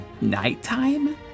nighttime